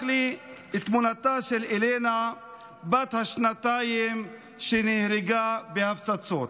לי את תמונתה של אלנה בת השנתיים שנהרגה בהפצצות.